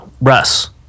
Russ